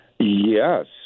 Yes